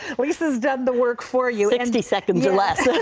lisa has done the work for you. in fifty seconds or less.